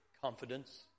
confidence